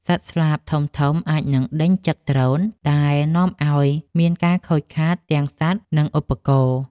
សត្វស្លាបធំៗអាចនឹងដេញចឹកដ្រូន ដែលនាំឱ្យមានការខូចខាតទាំងសត្វ និងឧបករណ៍។